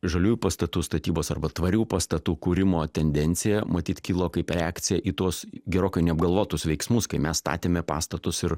žaliųjų pastatų statybos arba tvarių pastatų kūrimo tendencija matyt kilo kaip reakcija į tuos gerokai neapgalvotus veiksmus kai mes statėme pastatus ir